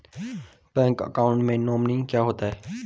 Bank account में nominee क्या होता है?